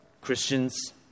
Christians